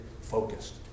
focused